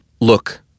Look